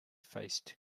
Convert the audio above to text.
faced